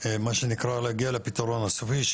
כדי להגיע לפתרון הסופי,